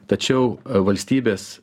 tačiau valstybės